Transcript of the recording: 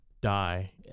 die